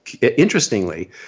Interestingly